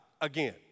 again